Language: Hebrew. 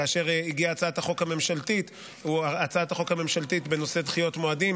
כאשר הגיעה הצעת החוק הממשלתית בנושא דחיות מועדים,